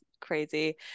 crazy